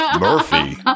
Murphy